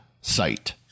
site